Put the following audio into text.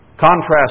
Contrast